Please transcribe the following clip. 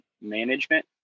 management